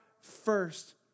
First